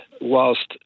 whilst